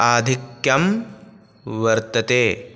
आधिक्यं वर्तते